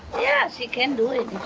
yeah she can do it